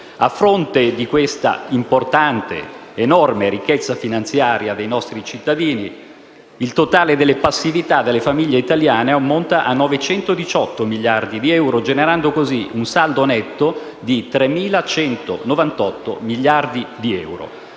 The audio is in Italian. A fronte di questa enorme ricchezza finanziaria dei nostri cittadini, il totale delle passività delle famiglie italiane ammonta a 918 miliardi di euro, generando così un saldo netto di 3.198 miliardi di euro.